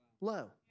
low